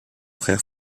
frère